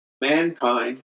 mankind